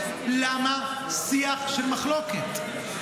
למה שיח של מחלוקת?